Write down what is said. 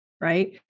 right